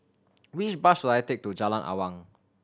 which bus should I take to Jalan Awang